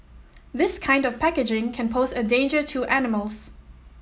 this kind of packaging can pose a danger to animals